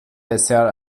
بسیار